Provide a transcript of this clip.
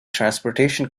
transportation